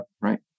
right